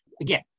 again